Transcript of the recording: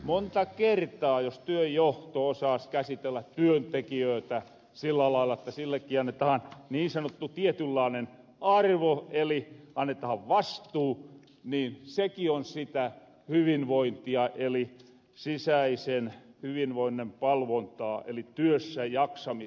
monta kertaa jos työnjohto osaas käsitellä työntekijöitä sillä lailla että sillekin annetahan niin sanottu tietynlaanen arvo eli annetahan vastuu niin sekin on sitä hyvinvointia eli sisäisen hyvinvoinnin palvontaa eli työssäjaksamista